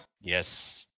Yes